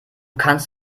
kannst